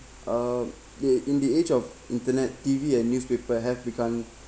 uh ya in the age of internet T_V and newspaper have become